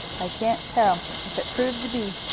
i can't tell. if it proves to be,